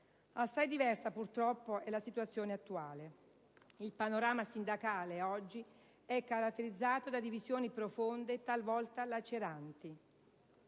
Assai diversa purtroppo è la situazione attuale. Il panorama sindacale oggi è caratterizzato da divisioni profonde e talvolta laceranti.